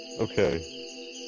Okay